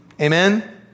Amen